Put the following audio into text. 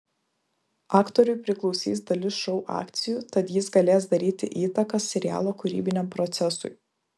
aktoriui priklausys dalis šou akcijų tad jis galės daryti įtaką serialo kūrybiniam procesui